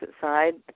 side